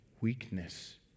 weakness